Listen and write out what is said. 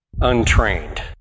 untrained